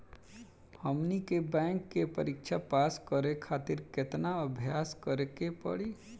हमनी के बैंक के परीक्षा पास करे खातिर केतना अभ्यास करे के पड़ी?